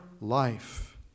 life